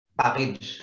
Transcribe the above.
package